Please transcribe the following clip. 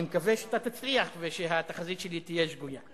אני מקווה שאתה תצליח כדי שהתחזית שלי תהיה שגויה.